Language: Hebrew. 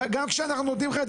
וגם כשאנחנו נותנים לך,